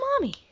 Mommy